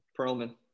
Perlman